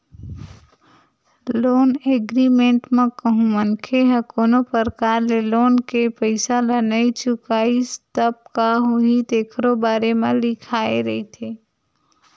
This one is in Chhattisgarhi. लोन एग्रीमेंट म कहूँ मनखे ह कोनो परकार ले लोन के पइसा ल नइ चुकाइस तब का होही तेखरो बारे म लिखाए रहिथे